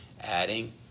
adding